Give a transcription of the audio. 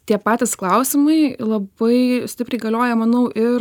tie patys klausimai labai stipriai galioja manau ir